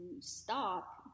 stop